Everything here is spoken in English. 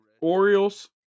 Orioles